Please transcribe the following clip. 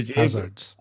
hazards